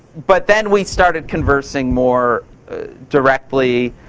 but then we started conversing more directly.